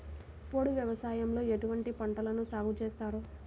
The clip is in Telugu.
పోడు వ్యవసాయంలో ఎటువంటి పంటలను సాగుచేస్తారు?